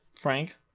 Frank